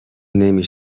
نمی